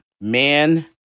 man